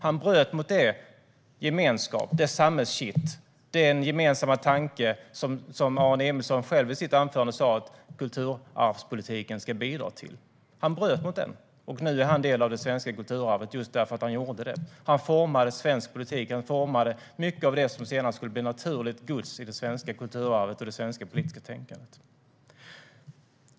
Han bröt mot den gemenskap, det samhällskitt och den gemensamma tanke som Aron Emilsson själv i sitt anförande sa att kulturarvspolitiken ska bidra till. Han bröt mot detta, och nu är han en del av det svenska kulturarvet just därför att han gjorde det. Han formade svensk politik, och han formade mycket av det som sedan skulle bli naturligt gods i det svenska kulturarvet och det svenska politiska tänkandet.